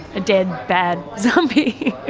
a dead, bad zombie.